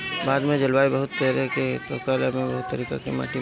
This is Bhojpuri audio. भारत में जलवायु बहुत तरेह के होखला से बहुत तरीका के माटी मिलेला